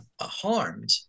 harmed